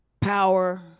Power